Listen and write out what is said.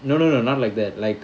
no no no not like that like